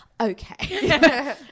okay